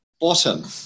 bottom